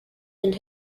and